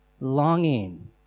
longing